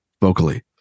vocally